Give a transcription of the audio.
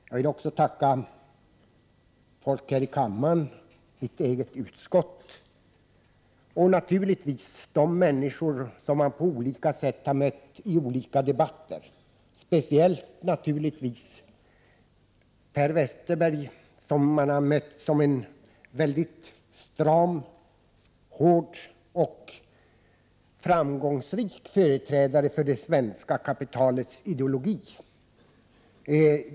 Jag vill också tacka kammarens ledamöter och de som sitter i mitt eget utskott, näringsutskottet, och naturligtvis de människor som jag på olika sätt har mött i olika debatter. Jag tänker speciellt på Per Westerberg som varit en mycket stram, hård och framgångsrik företrädare för det svenska kapitalets ideologi.